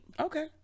Okay